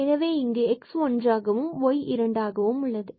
எனவே இங்கு எக்ஸ் ஒன்றாகவும் y 2ஆக உள்ளது